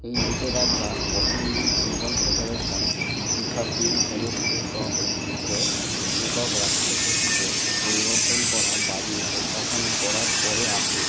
এই নিষেধাজ্ঞা Bosnian football federation ফিফার তিন সদস্যের সভাপতিত্বকে একক রাষ্টপতিতে পরিবর্তন করার দাবি প্রত্যাখ্যান করার পরে আসে